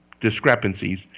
discrepancies